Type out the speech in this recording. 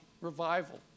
revival